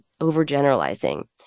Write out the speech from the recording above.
overgeneralizing